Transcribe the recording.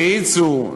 האיצו,